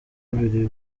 biri